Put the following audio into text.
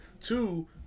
Two